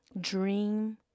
Dream